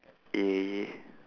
yeah yeah